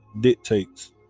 dictates